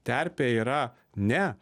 terpė yra ne